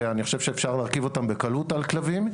ואני חושב שאפשר להרכיב אותם בקלות על כלבים.